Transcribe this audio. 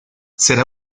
será